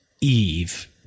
Eve